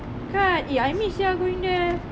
kan eh I miss sia going there